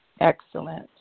Excellent